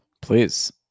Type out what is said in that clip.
Please